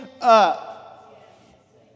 up